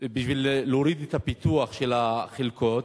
בשביל להוריד את הפיתוח של החלקות,